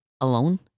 alone